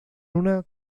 una